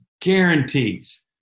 guarantees